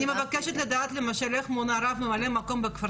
אני מבקשת לדעת למשל איך מונה רב ממלא מקום בכפר